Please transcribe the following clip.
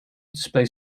display